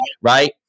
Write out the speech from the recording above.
right